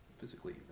Physically